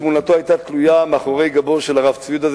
תמונתו היתה תלויה מאחורי גבו של הרב צבי יהודה,